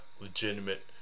legitimate